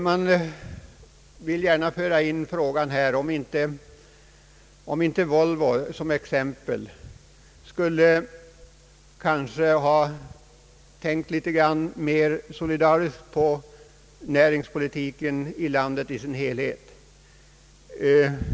Jag vill gärna här föra in frågan om inte t.ex. Volvo borde ha tänkt litet mer solidariskt på näringspolitiken i landet i dess helhet.